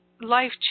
life